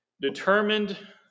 Determined